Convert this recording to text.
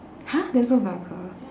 !huh! there's no bell curve